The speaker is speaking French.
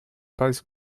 pas